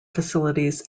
facilities